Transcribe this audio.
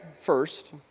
first